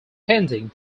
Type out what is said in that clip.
pending